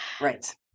Right